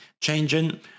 changing